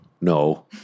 No